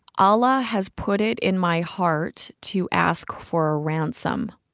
allah has put it in my heart to ask for a ransom.